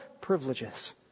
privileges